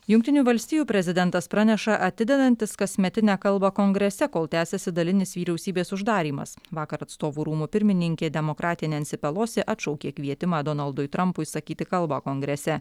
jungtinių valstijų prezidentas praneša atidedantis kasmetinę kalbą kongrese kol tęsiasi dalinis vyriausybės uždarymas vakar atstovų rūmų pirmininkė demokratė nensi pelosi atšaukė kvietimą donaldui trampui sakyti kalbą kongrese